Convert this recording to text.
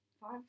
five